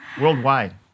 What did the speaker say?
worldwide